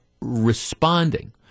responding